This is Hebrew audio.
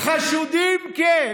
חשודים כ-.